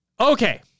Okay